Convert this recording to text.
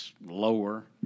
lower